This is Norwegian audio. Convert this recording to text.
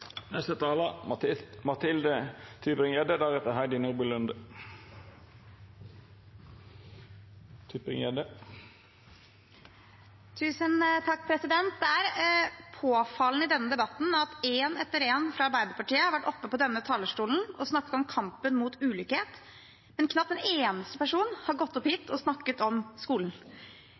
Det er påfallende i denne debatten at en etter en fra Arbeiderpartiet har vært oppe på denne talerstolen og snakket om kampen mot ulikhet, men knapt en eneste person har gått opp hit og snakket om skolen.